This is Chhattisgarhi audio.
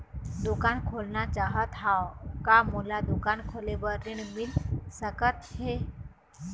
दुकान खोलना चाहत हाव, का मोला दुकान खोले बर ऋण मिल सकत हे?